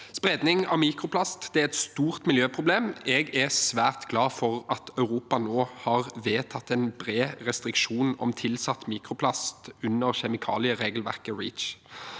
Spredning av mikroplast er et stort miljøproblem, og jeg er svært glad for at Europa nå har vedtatt en bred restriksjon om tilsatt mikroplast under kjemikalieregelverket REACH.